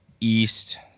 East